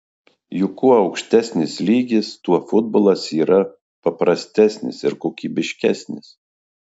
juk kuo aukštesnis lygis tuo futbolas yra paprastesnis ir kokybiškesnis